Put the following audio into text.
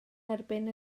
erbyn